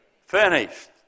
finished